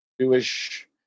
Jewish